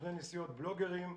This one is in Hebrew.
סוכני נסיעות, בלוגרים,